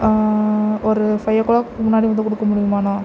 ஒரு ஃபை ஓ கிளாக்குக்கு முன்னாடி வந்து கொடுக்க முடியுமாண்ணா